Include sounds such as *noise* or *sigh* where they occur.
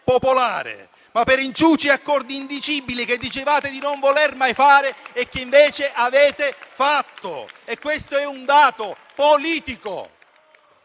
ma per inciuci e accordi indicibili che dicevate di non voler mai fare *applause* e che invece avete fatto. E questo è un dato politico.